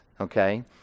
okay